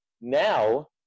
Now